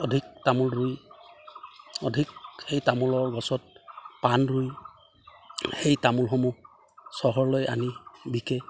অধিক তামোল ৰুই অধিক সেই তামোলৰ গছত পাণ ৰুই সেই তামোলসমূহ চহৰলৈ আনি বিকে